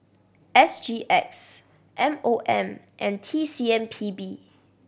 S G X M O M and T C M P B